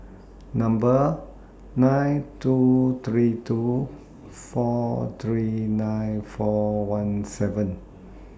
Number nine two three two four three nine four one seven